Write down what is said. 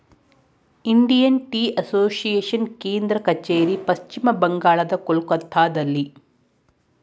Indian tea association ಕೇಂದ್ರ ಕಚೇರಿ ಪಶ್ಚಿಮ ಬಂಗಾಳದ ಕೊಲ್ಕತ್ತಾದಲ್ಲಿ